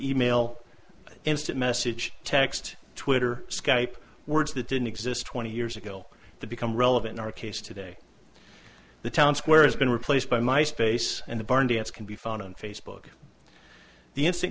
email instant message text twitter skype words that didn't exist twenty years ago to become relevant in our case today the town square has been replaced by my space and the barn dance can be found on facebook the instant